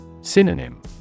Synonym